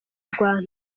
rwanda